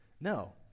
No